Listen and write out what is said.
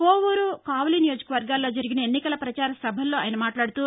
కోవూరు కావలి నియోజకవర్గాల్లో జరిగిన ఎన్నికల ప్రచార సభల్లో ఆయస మాట్లాదుతూ